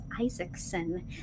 Isaacson